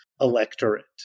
electorate